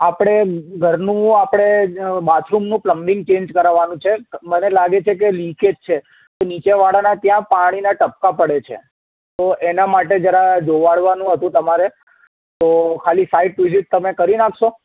આપણે ઘરનું આપણે બાથરૂમનું પ્લમ્બિંગ ચેન્જ કરાવવાનું છે મને લાગે છે કે લીકેજ છે નીચેવાળાનાં ત્યાં પાણીનાં ટપકાં પડે છે તો એના માટે જરા જોવડાવવાનું હતું તમારે તો ખાલી સાઈટ વિઝીટ તમે કરી નાખશો